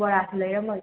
ꯕꯣꯔꯥꯁꯨ ꯂꯩꯔꯝꯃꯒꯦ